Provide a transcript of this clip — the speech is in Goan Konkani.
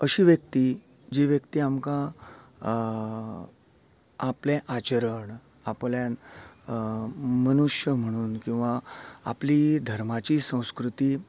अशी व्यक्ती जी व्यक्ती आमकां आपले आचरण आपल्यान मनुष्य म्हणून किंवां आपली धर्माची संस्कृती